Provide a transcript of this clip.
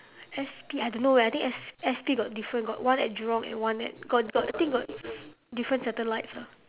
S_P I don't know eh I think S S_P got different got one at jurong and one at got got I think got different satellites ah